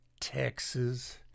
Texas